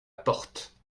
porte